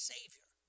Savior